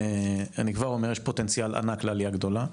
אני כבר אומר, יש פוטנציאל ענק לעלייה גדולה.